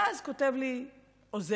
ואז כותב לי עוזר,